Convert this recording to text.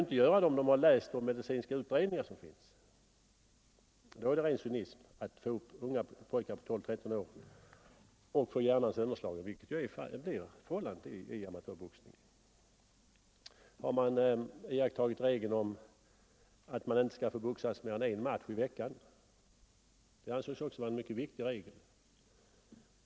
Men har de läst de medicinska utredningarna är det ren cynism om de låter unga pojkar på 12-13 år gå upp och boxas och få sina hjärnor sönderslagna. För detta är ju förhållandet i amatörboxningen. Har regeln om att man inte får boxas mer än en match i veckan iakttagits? Denna regel ansågs också vara mycket viktig.